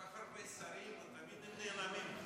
כל כך הרבה שרים ותמיד הם נעלמים.